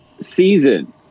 season